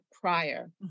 prior